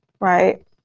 right